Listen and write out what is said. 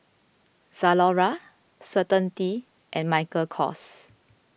Zalora Certainty and Michael Kors